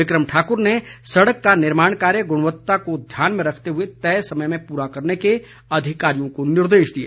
बिक्रम ठाकुर ने सड़क का निर्माण कार्य गुणवत्ता को ध्यान में रखते हुए तय समय में पूरा करने के अधिकारियों को निर्देश दिए